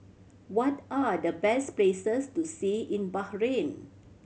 what are the best places to see in Bahrain